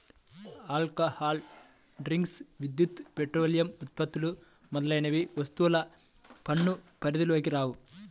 alcohol drinks, విద్యుత్, petroleum ఉత్పత్తులు మొదలైనవి వస్తుసేవల పన్ను పరిధిలోకి రావు